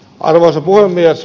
arvoisa puhemies